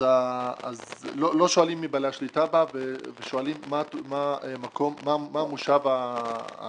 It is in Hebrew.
אז לא שואלים מי בעלי השליטה בה ושואלים מה מושב הישות,